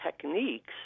techniques